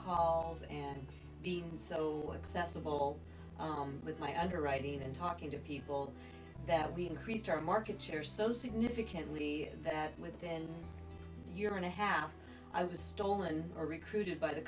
calls and being so accessible with my underwriting and talking to people that we increased our market share so significantly that within a year and a half i was stolen or recruited by the